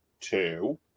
two